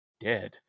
dead